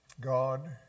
God